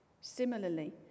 Similarly